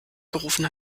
gerufen